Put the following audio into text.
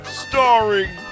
starring